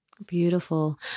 Beautiful